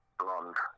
blonde